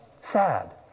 Sad